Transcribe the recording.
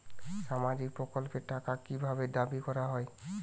সামাজিক প্রকল্পের টাকা কি ভাবে দাবি করা হয়?